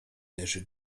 leży